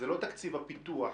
זה לא תקציב הפיתוח.